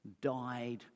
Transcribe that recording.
died